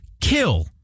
kill